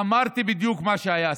אמרתי בדיוק מה שהיה.